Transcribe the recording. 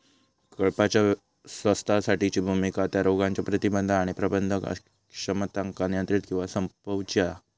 कळपाच्या स्वास्थ्यासाठीची भुमिका त्या रोगांच्या प्रतिबंध आणि प्रबंधन अक्षमतांका नियंत्रित किंवा संपवूची हा